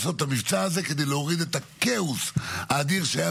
ואיפה --- בוא